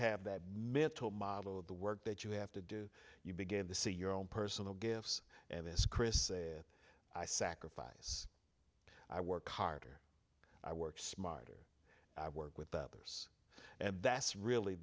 have that mental model of the work that you have to do you begin to see your own personal gifts and this chris said i sacrifice i work carter i work smarter i work with others and that's really